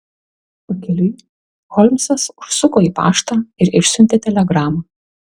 pakeliui holmsas užsuko į paštą ir išsiuntė telegramą